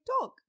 dog